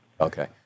Okay